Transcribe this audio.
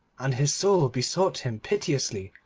and his soul besought him piteously,